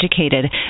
educated